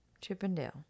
Chippendale